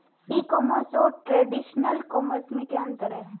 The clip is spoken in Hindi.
ई कॉमर्स और ट्रेडिशनल कॉमर्स में क्या अंतर है?